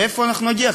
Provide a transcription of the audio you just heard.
לאיפה אנחנו נגיע?